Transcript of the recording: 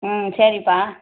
ம் சரிப்பா